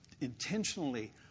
intentionally